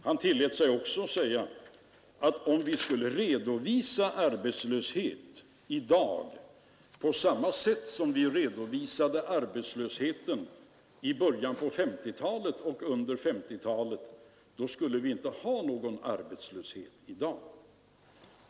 Han tillät sig också säga att om vi i dag skulle redovisa arbetslösheten på samma sätt som vi redovisade den i början och under 1950-talet, skulle vi inte ha någon arbetslöshet i dag.